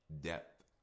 depth